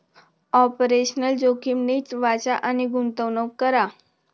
operational जोखीम नीट वाचा आणि गुंतवणूक करा